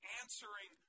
answering